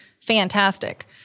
fantastic